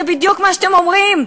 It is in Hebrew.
זה בדיוק מה שאתם אומרים.